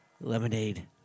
Lemonade